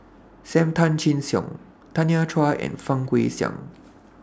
SAM Tan Chin Siong Tanya Chua and Fang Guixiang